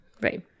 right